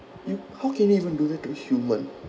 you how can you even do that to a human